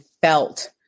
felt